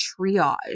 triage